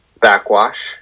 Backwash